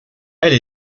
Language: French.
elle